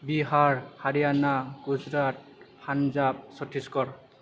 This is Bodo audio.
बिहार हारियाना गुजरात पानजाब चथिसगर